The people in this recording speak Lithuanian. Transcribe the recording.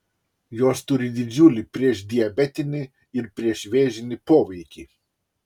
jos turi didžiulį priešdiabetinį ir priešvėžinį poveikį